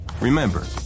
Remember